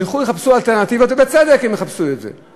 ילכו ויחפשו אלטרנטיבות, ובצדק הם יחפשו את זה.